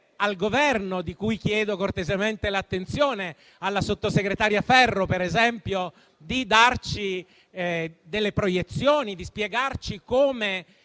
al Governo, di cui chiedo cortesemente l'attenzione, ad esempio alla sottosegretaria Ferro, di darci delle proiezioni e di spiegarci come